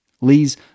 Lee's